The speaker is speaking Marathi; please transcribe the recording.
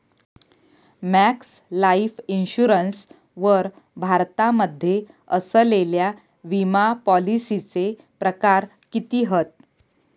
मॅक्स लाइफ इन्शुरन्स वर भारतामध्ये असलेल्या विमापॉलिसीचे प्रकार किती हत?